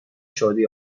شادی